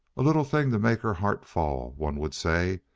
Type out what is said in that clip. a little thing to make her heart fall, one would say,